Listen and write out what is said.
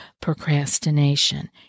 procrastination